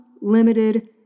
limited